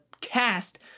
cast